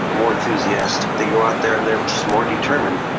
more enthusiastic. they go out there, and they're just more determined.